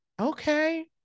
Okay